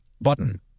button